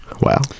Wow